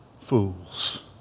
Fools